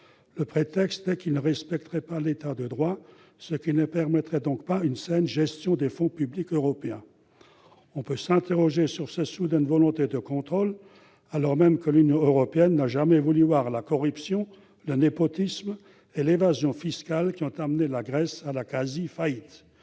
Le prétexte est qu'ils ne respecteraient pas l'État de droit, ce qui ne permettrait donc pas une saine gestion des fonds publics européens. On peut s'interroger sur cette soudaine volonté de contrôle, alors même que l'Union européenne n'a jamais voulu voir la corruption, le népotisme et l'évasion fiscale qui ont amené la Grèce à la quasi-faillite.